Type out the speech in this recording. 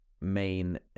main